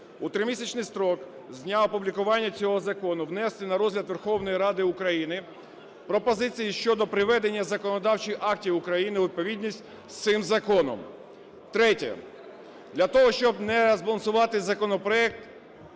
"У тримісячний строк з дня опублікування цього закону внести на розгляд Верховної Ради України пропозиції щодо приведення законодавчих актів України у відповідність з цим законом". Третє. Для того, щоб не розбалансувати законопроект,